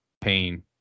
pain